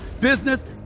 business